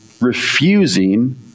refusing